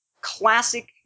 classic